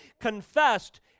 confessed